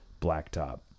blacktop